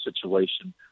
situation